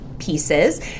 pieces